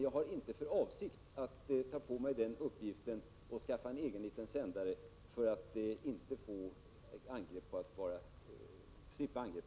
Jag har emellertid inte för avsikt att ta på mig den uppgiften och skaffa en egen liten sändare för att slippa anklagelsen för att vara slapp.